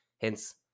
Hence